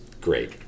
great